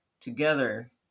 together